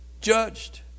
judged